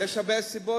יש הרבה סיבות.